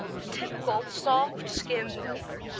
the typical soft, skim milker,